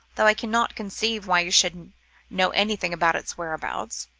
though i cannot conceive why you should know anything about its whereabouts.